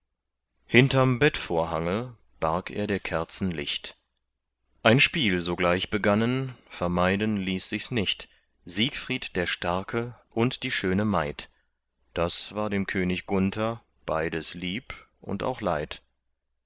hinterm bettvorhange barg er der kerzen licht ein spiel sogleich begannen vermeiden ließ sichs nicht siegfried der starke und die schöne maid das war dem könig gunther beides lieb und auch leid